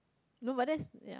no but then ya